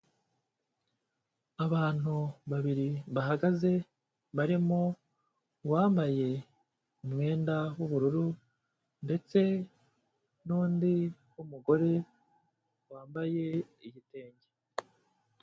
Abantu babiri bahagaze barimo uwambaye umwenda w'ubururu, ndetse n'undi w'umugore wambaye igitenge.